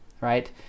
right